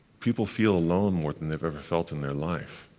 people feel alone more than they've ever felt in their life.